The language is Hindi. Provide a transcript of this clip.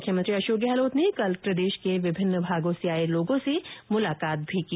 मुख्यमंत्री अशोक गहलोत ने कल प्रदेश के विभिन्न भागों से आये लोगों से मुलाकात की